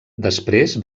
després